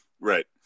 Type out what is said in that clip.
right